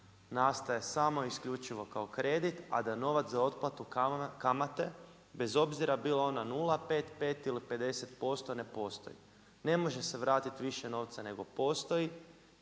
nastaje samo i isključivo kao kredit, a da novac za otplatu kamate bez obzira bila ona nula, pet pet ili 50% ne postoji. Ne može se vratit više novca nego postoji